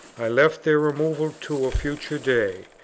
i left their removal to a future day,